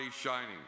shining